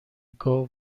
گاو